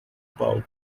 palco